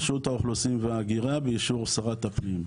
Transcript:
רשות האוכלוסין וההגירה, באישור שרת הפנים.